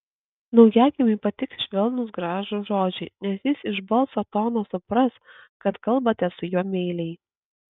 naujagimiui patiks švelnūs gražūs žodžiai nes jis iš balso tono supras kad kalbate su juo meiliai